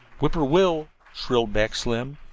whip-poor-will-l-l, shrilled back slim.